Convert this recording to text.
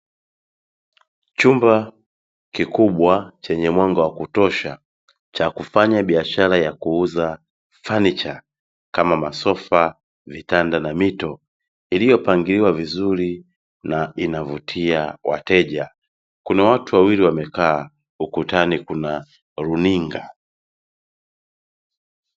Chumba kikubwa chenye mwanga wa kutosha, cha kufanya biashara ya kuuza samani kama masofa, vitanda na mito. Iliyopangiliaa vizuri na inavutia wateja. Kuna watu wawili wamekaa, ukutani kuna runinga.